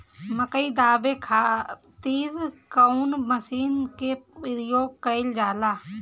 मकई दावे खातीर कउन मसीन के प्रयोग कईल जाला?